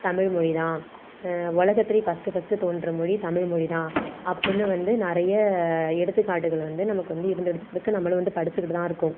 தமிழ்மொழிதான் உலகத்தில் first first தோன்ற மொழி தமிழ்மொழிதான் அப்படின்னு வந்து நிறைய எடுத்துக்காட்டுகள் வந்து நமக்கு வந்து இருந்துக்கிட்டுதான் இருக்குது நம்மளும் வந்து படிச்சுக்கிட்டுதான் இருக்கோம்